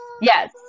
Yes